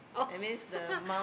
oh